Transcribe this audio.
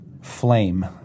flame